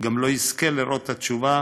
גם לא יזכה לראות את התשובה,